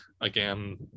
again